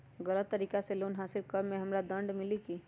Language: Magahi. गलत तरीका से लोन हासिल कर्म मे हमरा दंड मिली कि?